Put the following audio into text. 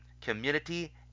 Community